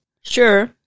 sure